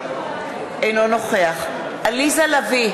אינו נוכח עליזה לביא,